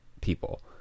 people